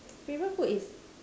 favourite food is